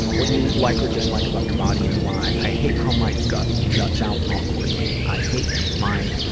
what do you like or dislike about your body and why? i hate how my gut juts out awkwardly. i hate my,